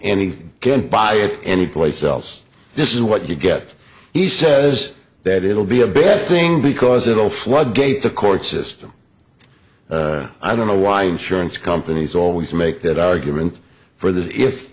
any good by any place else this is what you get he says that it will be a bad thing because it'll floodgate the court system i don't know why insurance companies always make that argument for this if